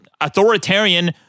authoritarian